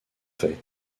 fait